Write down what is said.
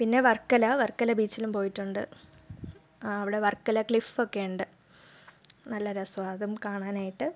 പിന്നെ വർക്കല വർക്കല ബീച്ചിലും പോയിട്ടുണ്ട് അവിടെ വർക്കല ക്ലിഫ് ഒക്കെ ഉണ്ട് നല്ല രസമാണ് അതും കാണാനായിട്ട്